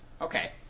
Okay